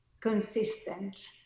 consistent